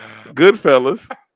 Goodfellas